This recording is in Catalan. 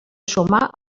sumar